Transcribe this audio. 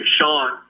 Sean